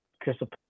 Crystal